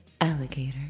Alligator